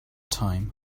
time